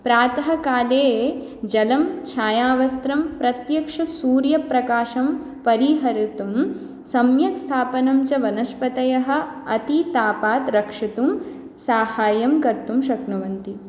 प्रातःकाले जलं छायावस्त्रं प्रत्यक्षसूर्यप्रकाशं परीहर्तुं सम्यक् स्थापनं च वनस्पतयः अतितापात् रक्षितुं साहाय्यं कर्तुं शक्नुवन्ति